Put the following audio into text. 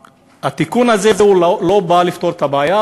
התיקון הזה לא בא לפתור את הבעיה,